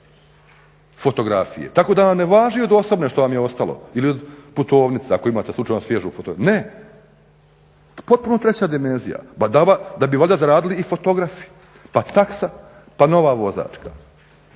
fotografije tako da vam ne važi od osobne što vam je ostalo ili od putovnice ako imate slučajno svježu, ne, potpuno treća dimenzija. Badava da bi zaradili i fotografi, pa taksa, pa nova vozačka.